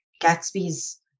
Gatsby's